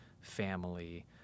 family